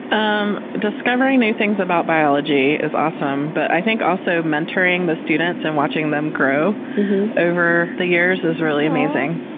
um discovering new things about biology is awesome, but i think also mentoring the students and watching them grow over the years is really amazing.